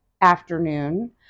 afternoon